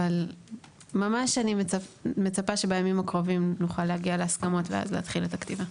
אבל אני מצפה שבימים הקרובים נוכל להגיע להסכמות ואז להתחיל את הכתיבה.